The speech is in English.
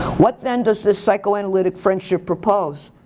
what then does this psychoanalytic friendship propose?